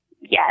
Yes